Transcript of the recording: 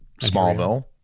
Smallville